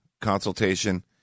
consultation